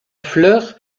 fleurs